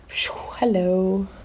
hello